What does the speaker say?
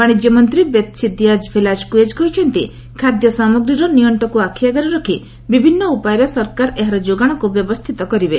ବାଶିଜ୍ୟ ମନ୍ତ୍ରୀ Betsy Diaz Velazquez କହିଛନ୍ତି ଖାଦ୍ୟ ସାମଗ୍ରୀର ନିଅକ୍ଷକୁ ଆଖିଆଗରେ ରଖି ବିଭିନ୍ନ ଉପାୟରେ ସରକାର ଏହାର ଯୋଗାଣକୁ ବ୍ୟବସ୍ଥିତ କରିବେ